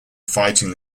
fighting